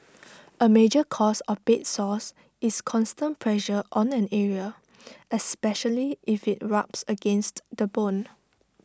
A major cause of bed sores is constant pressure on an area especially if IT rubs against the bone